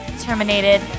Terminated